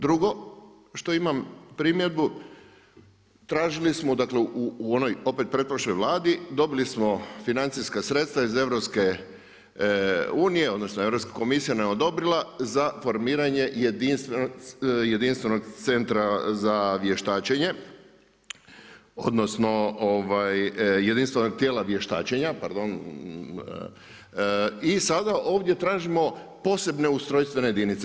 Drugo što imam primjedbu, tražili smo dakle opet u onoj pretprošloj Vladi, dobili smo financijska sredstva iz EU-a odnosno Europksa komisija nam je odobrila za formiranje jedinstvenog centra za vještačenje odnosno jedinstvenog tijela vještačenja, pardon, i sada ovdje tražimo posebne ustrojstvene jedinice.